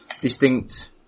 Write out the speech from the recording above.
distinct